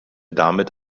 damit